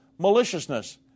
Maliciousness